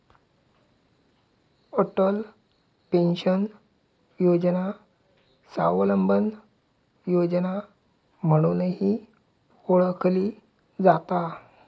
Atal pension योजना स्वावलंबन योजना म्हणूनही ओळखली जाता